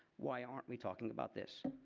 why aren't we talking about this.